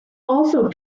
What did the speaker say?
also